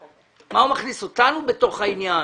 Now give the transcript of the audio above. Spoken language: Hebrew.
אבל מה הוא מכניס אותנו בתוך העניין?